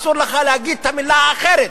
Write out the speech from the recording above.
אסור לך להגיד את המלה האחרת.